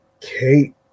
Kate